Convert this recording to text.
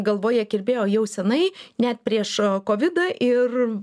galvoje kirbėjo jau senai net prieš o kovidą ir